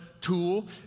tool